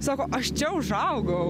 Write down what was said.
sako aš čia užaugau